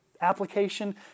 application